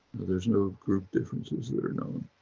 there's no group differences that are known.